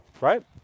right